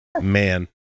man